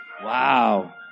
Wow